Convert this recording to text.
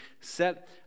set